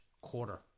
quarter